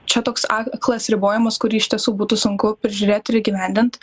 čia toks aklas ribojimas kurį iš tiesų būtų sunku prižiūrėt ir įgyvendint